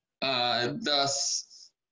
thus